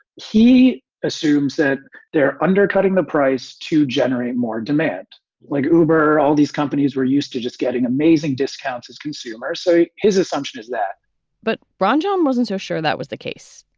he assumes that they're undercutting the price to generate more demand like uber. all these companies were used to just getting amazing discounts, as consumers say his assumption is that but brownjohn wasn't so sure that was the case.